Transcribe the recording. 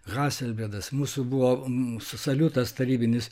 haselbedas mūsų buvo mūsų saliutas tarybinis